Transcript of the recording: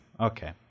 Okay